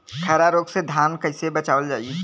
खैरा रोग से धान कईसे बचावल जाई?